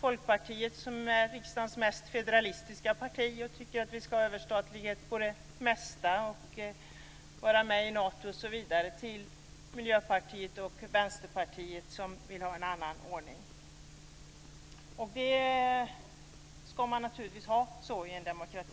Folkpartiet är riksdagens mest federalistiska parti och tycker att vi ska ha överstatlighet i det mesta och vara med i Nato osv. Miljöpartiet och Vänsterpartiet vill ha en annan ordning. Så ska det naturligtvis vara i en demokrati.